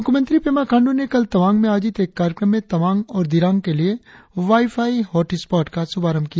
मुख्यमंत्री पेमा खांडू ने कल तवांग में आयोजित एक कार्यक्रम में तवांग और दिरांग के लिए वाईफाई हॉटस्पॉट का शुभारंभ किया